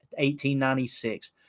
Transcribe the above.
1896